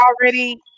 already